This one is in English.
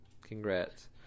Congrats